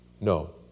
No